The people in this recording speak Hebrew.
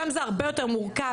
שם זה הרבה יותר מורכב.